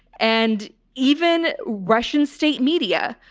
and even russian state media,